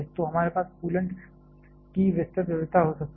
तो हमारे पास कूलेंट की विस्तृत विविधता हो सकती है